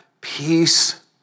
peace